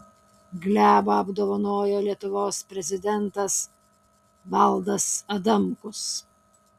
glebą apdovanojo lietuvos prezidentas valdas adamkus